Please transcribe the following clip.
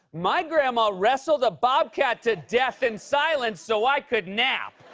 my grandma wrestled a bobcat to death in silence so i could nap.